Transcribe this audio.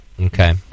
Okay